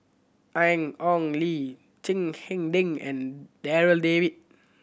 Ian Ong Li Chiang Hai Ding and Darryl David